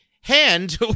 hand